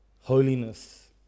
holiness